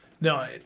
No